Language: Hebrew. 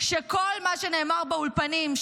שכל מה שנאמר באולפנים,